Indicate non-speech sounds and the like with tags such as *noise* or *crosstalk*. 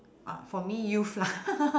uh for me youth lah *laughs*